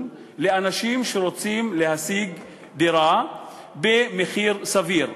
לאנשים שרוצים להשיג דירה במחיר סביר.